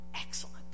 excellent